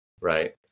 right